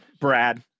Brad